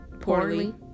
poorly